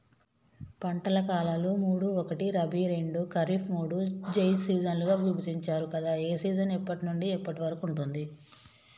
పంటల కాలాలు మూడు ఒకటి రబీ రెండు ఖరీఫ్ మూడు జైద్ సీజన్లుగా విభజించారు కదా ఏ సీజన్ ఎప్పటి నుండి ఎప్పటి వరకు ఉంటుంది?